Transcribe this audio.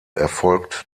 erfolgt